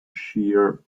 shear